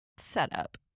setup